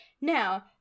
Now